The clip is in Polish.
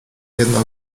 jedna